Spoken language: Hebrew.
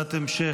שאלת המשך.